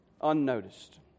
unnoticed